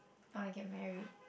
I wanna get married